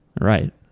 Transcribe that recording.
Right